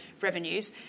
revenues